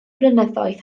blynyddoedd